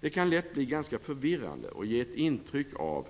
Det kan lätt bli ganska förvirrande och ge ett intryck av